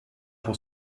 pour